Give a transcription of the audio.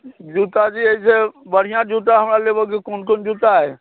जूता जे अइसँ बढ़िआँ जूता हमरा लेबऽके कोन कोन जूता अइ